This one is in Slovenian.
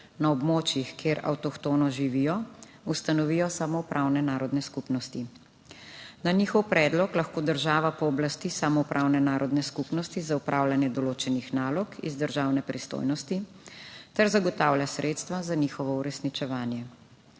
na območjih, kjer avtohtono živijo, ustanovijo samoupravne narodne skupnosti. Na njihov predlog lahko država pooblasti samoupravne narodne skupnosti za opravljanje določenih nalog iz državne pristojnosti ter zagotavlja sredstva za njihovo uresničevanje.